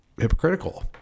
hypocritical